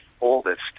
oldest